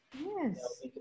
Yes